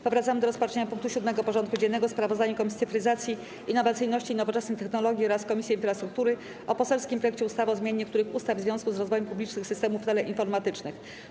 Powracamy do rozpatrzenia punktu 7. porządku dziennego: Sprawozdanie Komisji Cyfryzacji, Innowacyjności i Nowoczesnych Technologii oraz Komisji Infrastruktury o poselskim projekcie ustawy o zmianie niektórych ustaw w związku z rozwojem publicznych systemów teleinformatycznych.